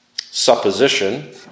supposition